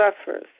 suffers